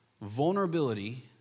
vulnerability